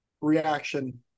reaction